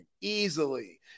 easily